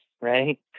right